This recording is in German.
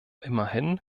immerhin